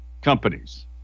companies